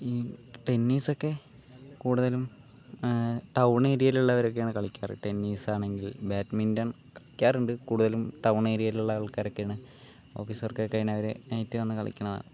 ഈ ടെന്നീസ് ഒക്കെ കൂടുതലും ടൗൺ ഏരിയയിൽ ഉള്ളവരൊക്കെയാണ് കളിക്കാറ് ടെന്നീസാണെങ്കിൽ ബാഡ്മിൻറൺ കളിക്കാറുണ്ട് കൂടുതലും ടൗൺ ഏരിയയിലുള്ള ആൾക്കാരൊക്കെയാണ് ഓഫീസ് വർക്കൊക്കെ കഴിഞ്ഞവർ നൈറ്റ് വന്ന് കളിക്കണ കാണാം